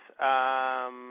Yes